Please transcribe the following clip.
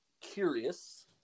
curious